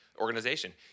organization